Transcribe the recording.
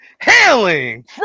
hailing